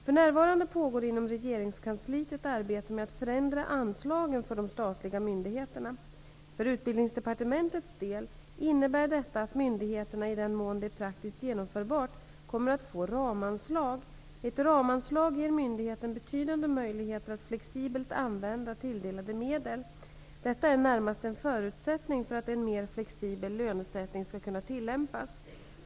För närvarande pågår inom regeringskansliet ett arbete med att förändra anslagen för de statliga myndigheterna. För Utbildningsdepartementets del innebär detta att myndigheterna i den mån det är praktiskt genomförbart kommer att få ramanslag. Ett ramanslag ger myndigheten betydande möjligheter att flexibelt använda tilldelade medel. Detta är närmast en förutsättning för att en mer flexibel lönesättning skall kunna tillämpas.